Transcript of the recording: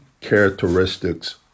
characteristics